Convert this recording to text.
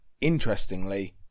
interestingly